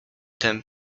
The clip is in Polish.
ten